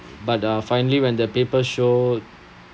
but uh finally when the paper showed